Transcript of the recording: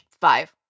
Five